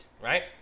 right